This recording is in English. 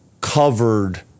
covered